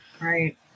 Right